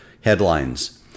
Headlines